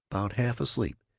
about half-asleep,